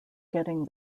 getting